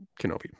Kenobi